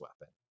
weapon